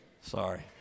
Sorry